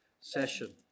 session